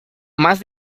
más